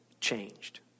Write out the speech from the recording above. changed